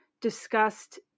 discussed